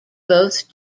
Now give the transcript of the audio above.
both